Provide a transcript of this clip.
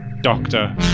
Doctor